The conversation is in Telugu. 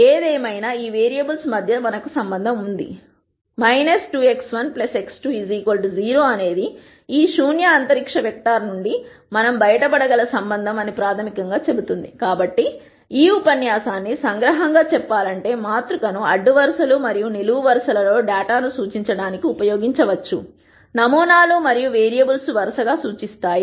ఏదేమైనా ఈ వేరియబుల్స్ మధ్య మనకు సంబంధం ఉంది 2x1 x2 0 అనేది ఈ శూన్య అంతరిక్ష వెక్టర్ నుండి మనం బయటపడగల సంబంధం అని ప్రాథమికంగా చెబుతోంది కాబట్టి ఈ ఉపన్యాసాన్ని సంగ్రహంగా చెప్పాలంటే మాతృ కను అడ్డు వరుసలు మరియు నిలువు వరుసలలో డేటాను సూచించడానికి ఉపయోగించవచ్చు నమూనాలు మరియు వేరియబుల్స్ వరుసగా సూచిస్తాయి